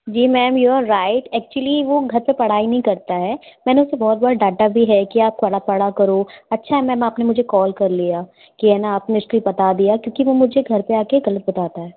ji ma'am your right actually वो घर पर पढ़ाई नहीं करता है मैंने उसे बहुत बार डाँटा भी है कि आप पढ़ा करो अच्छा मैम आपने मुझे कॉल कर लिया कि है ना आपने बता दिया क्योंकि वो मुझे घर पर आ कर ग़लत बताता है